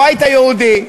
הבית היהודי,